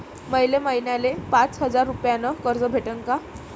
मले महिन्याले पाच हजार रुपयानं कर्ज भेटन का?